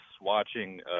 watching